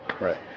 Right